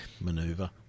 Maneuver